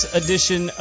edition